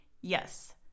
yes